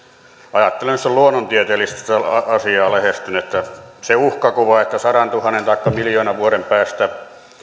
ajattelen luonnontieteellisesti tätä asiaa lähestyen se uhkakuva että sadantuhannen taikka miljoonan vuoden päästä